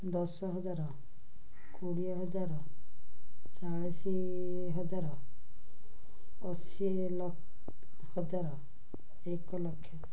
ଦଶ ହଜାର କୋଡ଼ିଏ ହଜାର ଚାଳିଶି ହଜାର ଅଶୀ ହଜାର ଏକ ଲକ୍ଷ